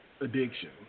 addiction